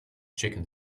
chicken